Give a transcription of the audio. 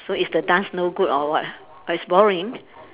so is the dance no good or what oh it's boring